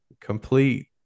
Complete